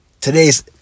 Today's